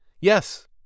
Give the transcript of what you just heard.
Yes